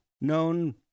known